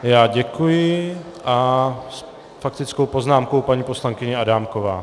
Já děkuji a s faktickou poznámkou paní poslankyně Adámková.